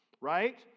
right